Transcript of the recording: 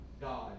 God